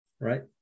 right